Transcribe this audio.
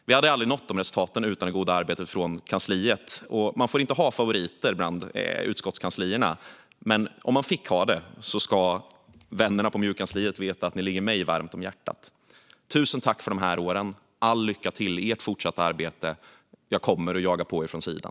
Vi hade aldrig nått de resultaten utan det goda arbetet från kansliet. Man får inte ha favoriter bland utskottskanslierna, men till vännerna på MJU-kansliet vill jag säga att ni ska veta att ni ligger mig varmt om hjärtat. Tusen tack för de här åren! All lycka till er i ert fortsatta arbete! Jag kommer att jaga på er från sidan.